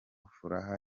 furaha